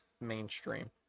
mainstream